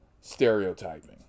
Stereotyping